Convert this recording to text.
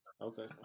okay